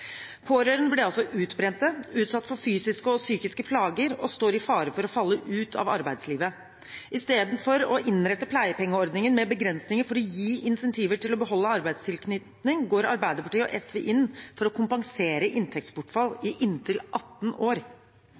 Pårørende blir altså utbrent, utsatt for fysiske og psykiske plager og står i fare for å falle ut av arbeidslivet. I stedet for å innrette pleiepengeordningen med begrensninger for å gi incentiver til å beholde arbeidstilknytning går Arbeiderpartiet og SV inn for å kompensere inntektsbortfall i inntil 18 år.